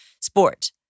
sport